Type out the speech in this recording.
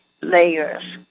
layers